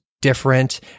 different